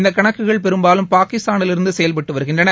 இந்த கணக்குகள் பெரும்பாலும் பாகிஸ்தானிலிருந்து செயல்பட்டு வருகின்றன